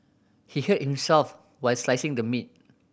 he hurt himself while slicing the meat